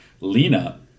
Lena